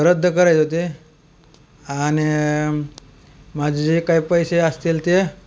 रद्द करायचे होते आणि माझे जे काय पैसे असतील ते